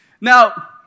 Now